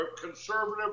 conservative